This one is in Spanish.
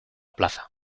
plaza